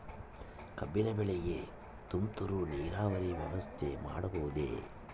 ಕಬ್ಬಿನ ಬೆಳೆಗೆ ತುಂತುರು ನೇರಾವರಿ ವ್ಯವಸ್ಥೆ ಮಾಡಬಹುದೇ?